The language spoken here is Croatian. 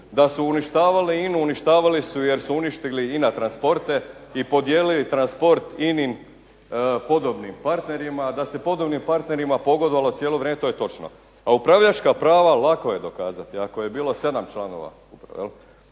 da su uništavali INA-u, uništavali su je jer su uništili INA TRANSPORTE i podijelili transport INA-in podobnim partnerima. Da se podobnim partnerima pogodovalo cijelo vrijeme, to je točno. A upravljačka prava lako je dokazati. Ako je bilo 7 članova uprave,